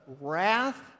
wrath